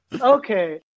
Okay